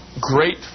Great